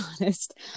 honest